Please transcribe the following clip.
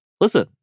listen